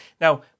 Now